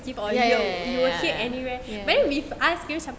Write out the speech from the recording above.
you you will hear anywhere but then if us kita macam